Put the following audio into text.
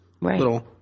Right